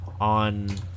on